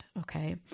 okay